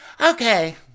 Okay